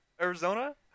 Arizona